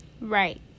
Right